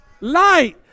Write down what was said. light